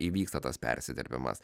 įvyksta tas persidirbimas